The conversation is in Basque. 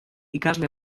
ikasle